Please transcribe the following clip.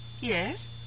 Yes